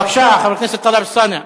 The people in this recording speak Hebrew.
בבקשה, חבר הכנסת טלב אלסאנע.